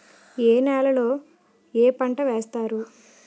ఏ నేలలో ఏ పంట వేస్తారు?